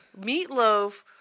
Meatloaf